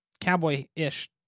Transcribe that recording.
cowboy-ish